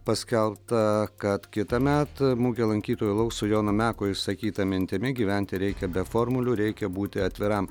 paskelbta kad kitąmet mugė lankytojų lauks su jono meko išsakyta mintimi gyventi reikia be formulių reikia būti atviram